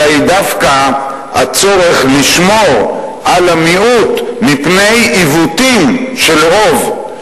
אלא היא דווקא הצורך לשמור על המיעוט מפני עיוותים של רוב.